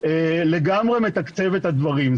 לגמרי מתקצב את הדברים.